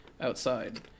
outside